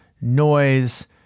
noise